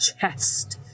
chest